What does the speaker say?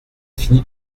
finit